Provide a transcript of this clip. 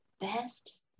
best